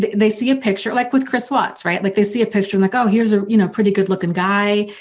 they see a picture, like with chris watts right, like they see a picture and they go here's a you know pretty good-looking guy,